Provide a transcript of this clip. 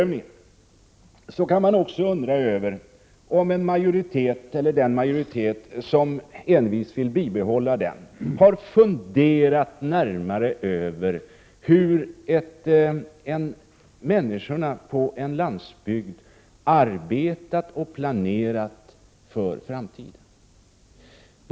Man kan också undra över om den majoritet som envist vill bibehålla prisprövningen har funderat närmare över hur människorna på en landsbygd arbetat och planerat för framtiden.